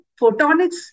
photonics